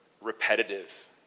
repetitive